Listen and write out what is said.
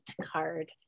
card